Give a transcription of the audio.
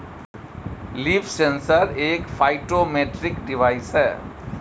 leaf sensor एक phytometric device है